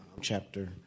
chapter